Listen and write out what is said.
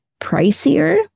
pricier